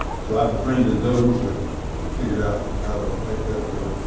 so i befriended those. i figured out how to make that work,